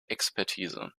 expertise